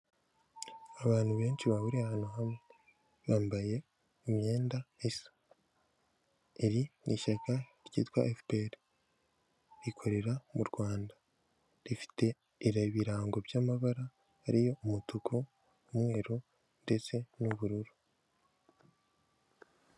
Abantu benshi bahuriye ahantu hamwe bambaye imyenda isa iri ni ishyaka ryitwa efuperi rikorera mu Rwanda rifite ibirango by'amabara ariyo umutuku, umweru ndetse n'ubururu.